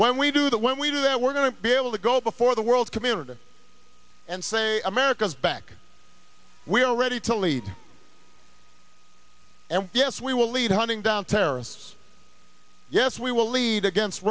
when we do that when we do that we're going to be able to go before the world community and say america's back we are ready to lead and yes we will lead hunting down terrorists yes we will lead against